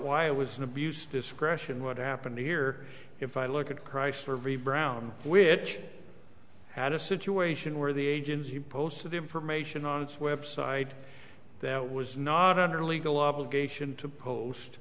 why it was an abuse discretion what happened here if i look at chrysler re brown which had a situation where the agency posted the information on website that was not under a legal obligation to post